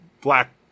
black